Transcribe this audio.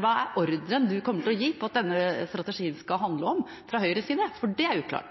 Hva er ordren han kommer til å gi om hva denne strategien skal handle om, fra Høyres side? Det er